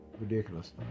Ridiculous